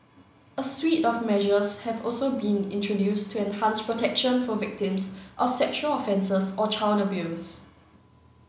a suite of measures has also been introduced to enhance protection for victims of sexual offences or child abuse